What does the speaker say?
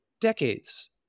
decades